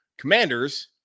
commanders